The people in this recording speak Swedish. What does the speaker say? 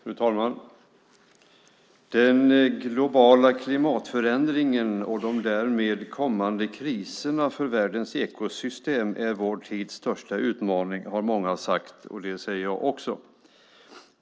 Fru talman! Den globala klimatförändringen och de därmed kommande kriserna för världens ekosystem är vår tids största utmaningar, har många sagt, och det säger jag också.